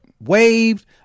waved